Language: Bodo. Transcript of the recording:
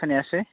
खोनायासै